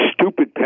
Stupid